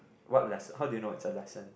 what less~ how do you know it's a lesson